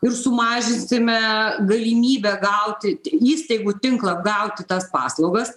ir sumažinsime galimybę gauti įstaigų tinklą gauti tas paslaugas